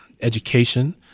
education